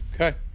Okay